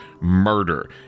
murder